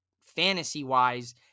fantasy-wise